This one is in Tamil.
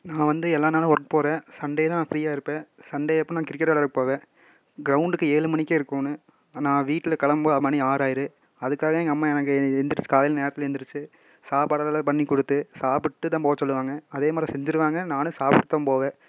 நான் வந்து எல்லா நாளும் ஒர்க் போகிறேன் சண்டே தான் நான் ஃப்ரீயாக இருப்பேன் சண்டே அப்போ நான் கிரிக்கெட் விளையாட போவேன் க்ரவுண்டுக்கு ஏழு மணிக்கே இருக்கணு ஆனால் நான் வீட்டில் கிளம்ப மணி ஆறாயிரும் அதுக்காகவே எங்கள் அம்மா எனக்கு எழுந்துரிச்சு காலையில நேரத்தில் எழுந்துரிச்சு சாப்பாடு எல்லாம் பண்ணி கொடுத்து சாப்பிட்டுதான் போவ சொல்லுவாங்க அதேமாதிரி செஞ்சிருவாங்க நானும் சாப்பிட்டுதான் போவேன்